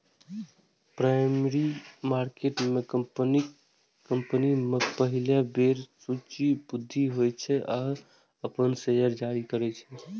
primary market में company पहिल बेर सूचीबद्ध होइ छै आ अपन शेयर जारी करै छै